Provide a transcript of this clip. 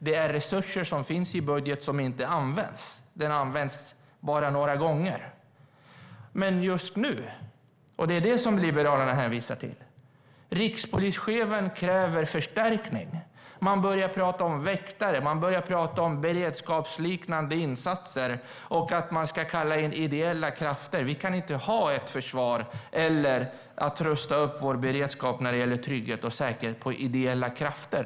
Det var resurser som fanns i budget som inte användes. Den hade bara använts några gånger. Men just nu - och det är det som Liberalerna hänvisar till - kräver rikspolischefen förstärkning. Man börjar tala om väktare, om beredskapsliknande insatser och om att man ska kalla in ideella krafter. Vi kan inte ha ett försvar eller rusta upp vår beredskap när det gäller trygghet och säkerhet baserat på ideella krafter.